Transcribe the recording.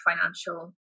financial